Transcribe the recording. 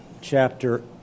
chapter